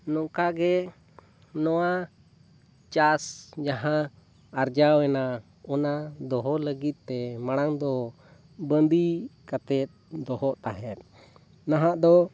ᱱᱚᱝᱠᱟ ᱜᱮ ᱱᱚᱣᱟ ᱪᱟᱥ ᱡᱟᱦᱟᱸ ᱟᱨᱡᱟᱣ ᱮᱱᱟ ᱚᱱᱟ ᱫᱚᱦᱚ ᱞᱟᱹᱜᱤᱫ ᱛᱮ ᱢᱟᱲᱟᱝ ᱫᱚ ᱵᱟᱺᱫᱤ ᱠᱟᱛᱮᱫ ᱫᱚᱦᱚ ᱛᱟᱦᱮᱸᱫ ᱱᱟᱦᱟᱜ ᱫᱚ